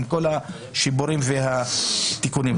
עם כול השיפורים והתיקונים.